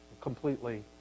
completely